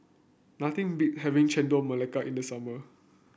nothing beat having Chendol Melaka in the summer